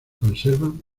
conservan